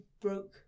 broke